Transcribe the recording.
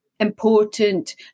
important